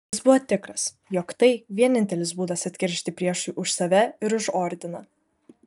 jis buvo tikras jog tai vienintelis būdas atkeršyti priešui už save ir už ordiną